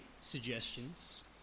suggestions